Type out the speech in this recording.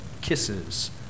kisses